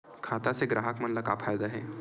खाता से ग्राहक मन ला का फ़ायदा हे?